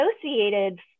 associated